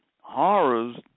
horrors